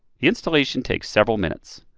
installation takes several minutes.